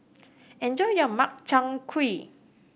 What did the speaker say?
enjoy your Makchang Gui